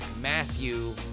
Matthew